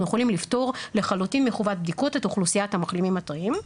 יכולים לפטור לחלוטין מחובת בדיקות את אוכלוסיית המחלימים הטריים.